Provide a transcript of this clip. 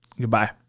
Goodbye